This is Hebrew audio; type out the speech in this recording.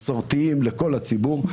מסורתיים לכל הציבור.